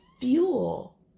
fuel